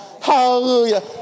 Hallelujah